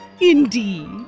Indeed